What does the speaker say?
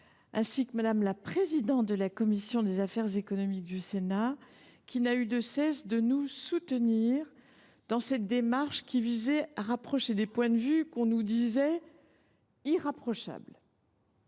ainsi que Mme la présidente de la commission des affaires économiques du Sénat, qui n’a eu de cesse de nous soutenir dans cette démarche visant à rapprocher des points de vue que l’on nous disait inconciliables.